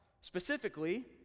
Specifically